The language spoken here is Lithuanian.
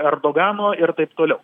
erdogano ir taip toliau